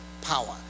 power